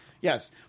Yes